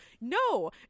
no